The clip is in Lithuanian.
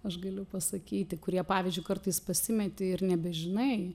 aš galiu pasakyti kurie pavyzdžiui kartais pasimeti ir nebežinai